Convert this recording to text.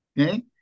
Okay